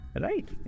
Right